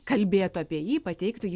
kalbėtų apie jį pateiktų jį